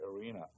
arena